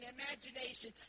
imagination